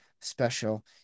special